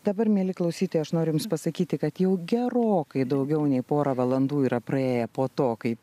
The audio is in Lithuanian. dabar mieli klausytojai aš noriu jums pasakyti kad jau gerokai daugiau nei porą valandų yra praėję po to kai